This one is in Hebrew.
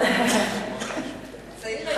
למה רק עד 35?